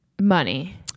Money